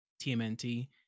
TMNT